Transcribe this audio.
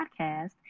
podcast